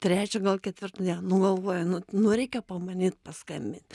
trečią gal ketvirtą dieną nu galvoju nu nu reikia pabandyt paskambint